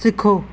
सिक्खो